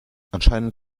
anscheinend